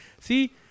See